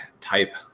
type